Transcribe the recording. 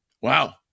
wow